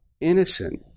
innocent